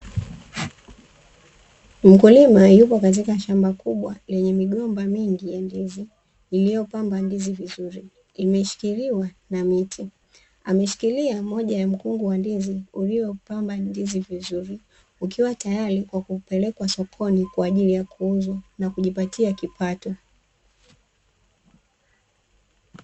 Mkulima yupo katika shamba kubwa yenye migomba mingi ya ndizi, iliyopamba ndizi vizuri imeshikiliwa na miti ameshikilia moja ya mkungu wa ndizi ulioupamba ndizi vizuri, ukiwa tayari kwa kupelekwa sokoni kwa ajili ya kuuzwa na kujipatia kipato.